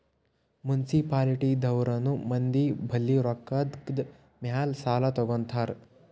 municipality ದವ್ರನು ಮಂದಿ ಬಲ್ಲಿ ರೊಕ್ಕಾದ್ ಮ್ಯಾಲ್ ಸಾಲಾ ತಗೋತಾರ್